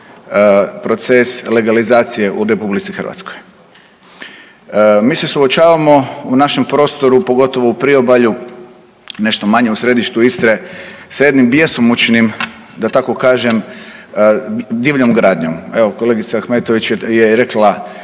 proces legalizacije u RH. Mi smo suočavamo u našem prostoru pogotovo u priobalju, nešto manje u središtu Istre sa jednim bjesomučnim da tako kažem divljom gradnjom. Evo kolegica Ahmetović je rekla